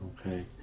Okay